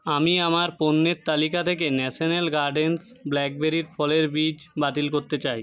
আমি আমার পণ্যের তালিকা থেকে ন্যাশানাল গার্ডেন্স ব্ল্যাকবেরির ফলের বীজ বাতিল করতে চাই